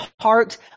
heart